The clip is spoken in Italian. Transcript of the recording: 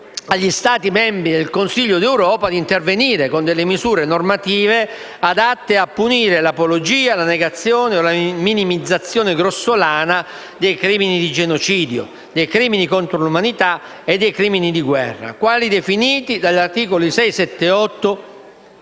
agli Stati membri del Consiglio d'Europa di intervenire con l'adozione di misure normative adatte a punire l'apologia, la negazione o la minimizzazione grossolana dei crimini di genocidio, dei crimini contro l'umanità e dei crimini di guerra come definiti dagli articoli 6, 7 e 8